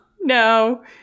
No